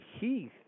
Heath